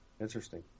Interesting